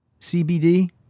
CBD